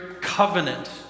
covenant